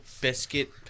biscuit